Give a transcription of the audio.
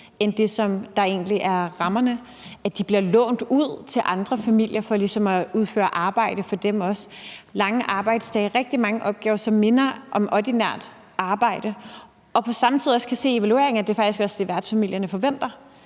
end det, der egentlig er rammerne, at de bliver lånt ud til andre familier for ligesom også at udføre arbejde for dem, og at de har lange arbejdsdage og rigtig mange opgaver, som minder om ordinært arbejde. Samtidig kan vi se i evalueringen, at det faktisk også er det, værtsfamilierne forventer.